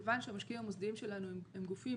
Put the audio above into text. מכיוון שהמשקיעים המוסדיים שלנו הם גופים